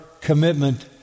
commitment